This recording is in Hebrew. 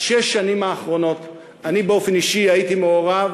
בשש השנים האחרונות אני באופן אישי הייתי מעורב